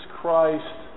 Christ